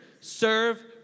serve